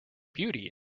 beauty